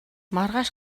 маргааш